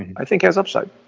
i think has upside,